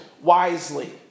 wisely